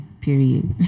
Period